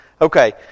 okay